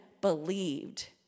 believed